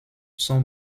son